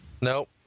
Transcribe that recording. Nope